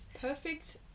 Perfect